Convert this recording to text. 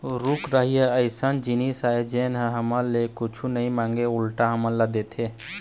रूख राई ह अइसन जिनिस आय जेन ह हमर ले कुछु नइ मांगय उल्टा हमन ल देथे